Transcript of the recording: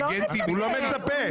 הוא לא מצפה.